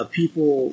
people